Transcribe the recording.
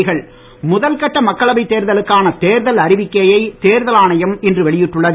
தேர்தல் முதல் கட்ட மக்களவை தேர்தலுக்கான தேர்தல் அறிவிக்கையை தேர்தல் ஆணையம் இன்று வெளியிட்டுள்ளது